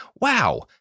Wow